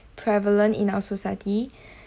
prevalent in our society